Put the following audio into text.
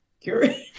curious